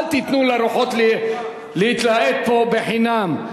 אל תיתנו לרוחות להתלהט פה לחינם.